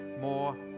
more